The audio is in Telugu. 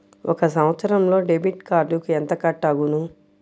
ఒక సంవత్సరంలో డెబిట్ కార్డుకు ఎంత కట్ అగును?